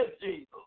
Jesus